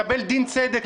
כדי לקבל דין צדק,